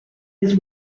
his